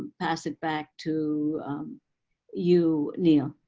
pass it back to you, neal.